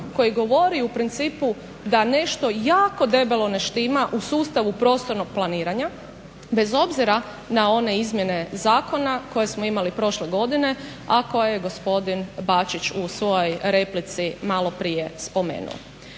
koji govori u principu da nešto jako debelo ne štima u sustavu prostornog planiranja bez obzira na one izmjene zakona koje smo imali prošle godine, a koje je gospodin Bačić u svojoj replici malo prije spomenuo.